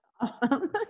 Awesome